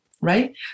right